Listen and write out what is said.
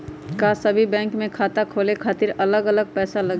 का सभी बैंक में खाता खोले खातीर अलग अलग पैसा लगेलि?